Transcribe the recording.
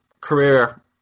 career